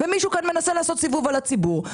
ומישהו כאן מנסה לעשות סיבוב על הציבור.